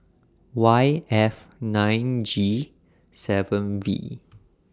Y F nine G seven V